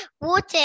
water